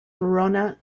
verona